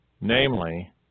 Namely